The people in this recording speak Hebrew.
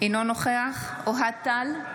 אינו נוכח אוהד טל,